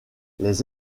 les